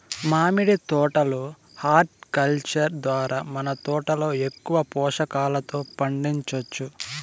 మామిడి తోట లో హార్టికల్చర్ ద్వారా మన తోటలో ఎక్కువ పోషకాలతో పండించొచ్చు